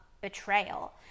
betrayal